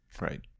Right